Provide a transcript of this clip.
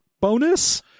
bonus